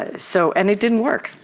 ah so and it didn't work.